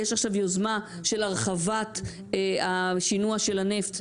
יש עכשיו יוזמה של הרחבת השינוע של הנפט,